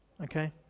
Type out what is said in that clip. okay